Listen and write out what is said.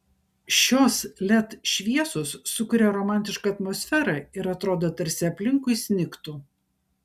šios led šviesos sukuria romantišką atmosferą ir atrodo tarsi aplinkui snigtų